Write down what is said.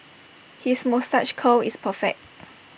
his moustache curl is perfect